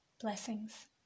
blessings